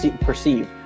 perceive